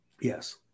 Yes